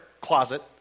closet